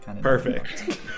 Perfect